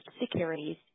Securities